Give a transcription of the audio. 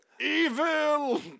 Evil